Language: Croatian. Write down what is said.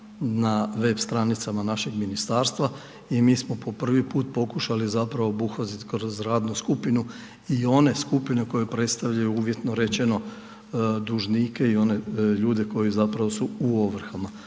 na web stranicama našeg ministarstva i mi smo po prvi put pokušali zapravo obuhvatiti kroz radnu skupinu i one skupine koje predstavljaju uvjetno rečeno dužnike i one ljude koji zapravo su u ovrhama